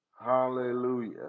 hallelujah